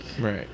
Right